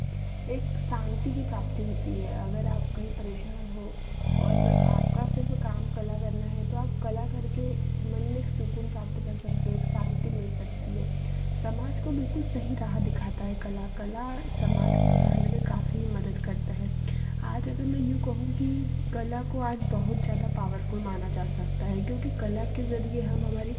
एक शांति की प्राप्ति होती है अगर आप कहीं परेशान हो और आपका सिर्फ़ काम कला करना है तो आप कला करके मन में एक सुकून प्राप्त कर सकते हो एक शांति मिल सकती है समाज को बिलकुल सही राह दिखाता है कला कला समाज को सुधारने में काफ़ी मदद करता है आज अगर मैं यूँ कहूँ कि कला को आज बहुत ज़्यादा पावरफुल माना जा सकता है क्योंकि कला के ज़रिए हम हमारी